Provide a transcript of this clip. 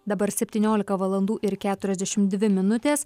dabar septyniolika valandų ir keturiasdešim dvi minutės